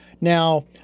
Now